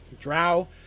Drow